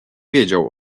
wiedział